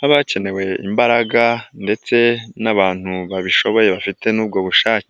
habakenewe imbaraga ndetse n'abantu babishoboye bafite n'ubwo bushake.